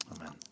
Amen